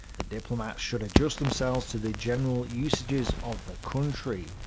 the diplomats should adjust themselves to the general usages of the country.